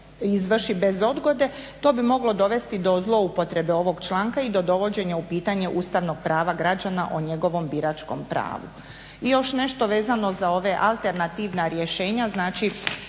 izvrši bez odgode to bi moglo dovesti do zloupotrebe ovog članka i do dovođenja u pitanje ustavnog prava građana o njegovom biračkom pravu. I još nešto vezano za ova alternativna rješenja, znači